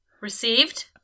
Received